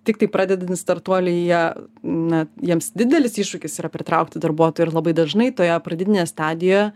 tiktai pradedantys startuoliai jie na jiems didelis iššūkis yra pritraukti darbuotojų ir labai dažnai toje pradinėje stadijoje